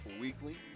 Weekly